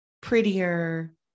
prettier